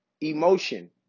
emotion